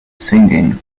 singing